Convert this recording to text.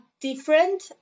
different